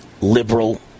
liberal